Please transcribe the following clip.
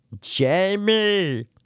Jamie